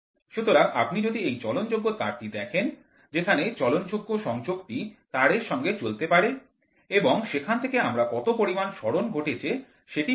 সুতরাং আপনি যদি এই চলন যোগ্য তার টি দেখেন যেখানে চলন যোগ্য সংযোগটি তারের সঙ্গে চলতে পারে এবং সেখান থেকে আমরা কত পরিমাণ সরণ ঘটেছে সেটি পাব